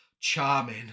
Charming